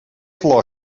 flor